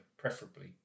Preferably